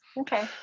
Okay